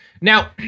Now